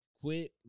Quit